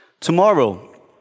Tomorrow